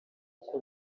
uko